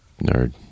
nerd